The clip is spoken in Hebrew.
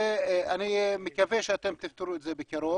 ואני מקווה שאתם תפתרו את זה בקרוב.